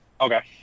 Okay